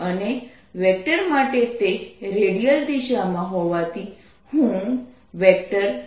અને વેક્ટર માટે તે રેડિયલ દિશામાં હોવાથી હું E1r120 લખી શકું છું